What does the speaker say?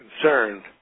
concerned